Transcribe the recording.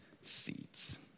seats